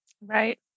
Right